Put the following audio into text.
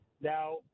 Now